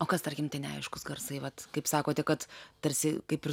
o kas tarkim tie neaiškūs garsai vat kaip sakote kad tarsi kaip ir